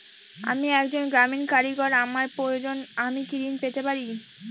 আমি একজন গ্রামীণ কারিগর আমার প্রয়োজনৃ আমি কি ঋণ পেতে পারি?